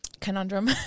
Conundrum